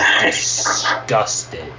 disgusted